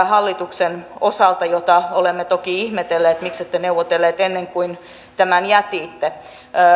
hallituksen osalta ja sitä olemme toki ihmetelleet miksi ette neuvotelleet ennen kuin tämän jätitte